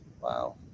Wow